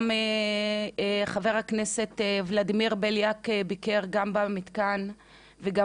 גם חה"כ ולדימיר בליאק ביקר במתקן וגם